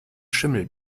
schimmel